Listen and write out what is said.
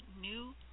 new